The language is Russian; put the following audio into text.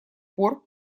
пор